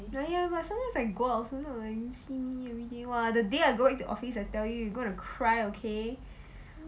!aiya! sometimes I go out also so like don't see me everyday !wah! the day I go into office I tell you gonna cry okay